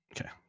Okay